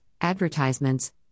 advertisements